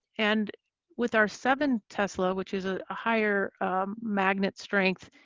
and with our seven tesla, which is a higher magnet strength,